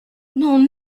non